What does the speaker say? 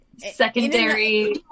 secondary